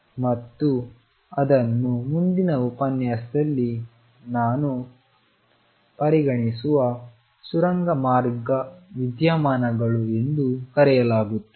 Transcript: ಮತ್ತು ಅದನ್ನು ಮುಂದಿನ ಉಪನ್ಯಾಸದಲ್ಲಿ ನಾನು ಪರಿಗಣಿಸುವ ಸುರಂಗ ಮಾರ್ಗದ ವಿದ್ಯಮಾನಗಳು ಎಂದು ಕರೆಯಲಾಗುತ್ತದೆ